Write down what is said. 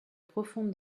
profonde